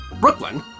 Brooklyn